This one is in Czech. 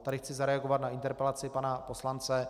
Tady chci zareagovat na interpelaci pana poslance.